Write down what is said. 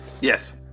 Yes